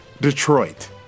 Detroit